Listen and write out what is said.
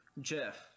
Jeff